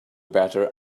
better